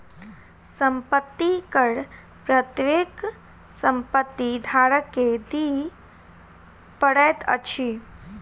संपत्ति कर प्रत्येक संपत्ति धारक के दिअ पड़ैत अछि